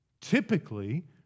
Typically